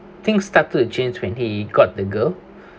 things started to change when he got the girl